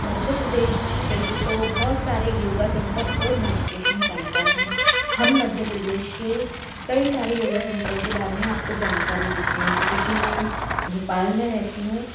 मध्य प्रदेश मे वैसे तो बहुत सारे योगा सेंटर और मेडिटेशन सेंटर हैं हम मध्य प्रदेश के कई सारे योगा सेंटरों के बारे मे आपको जानकारी देते है जैसे कि मैं भोपाल में रहती हूँ